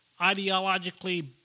ideologically